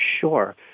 Sure